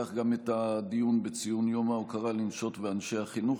וכך גם את הדיון בציון יום ההוקרה לנשות ולאנשי החינוך,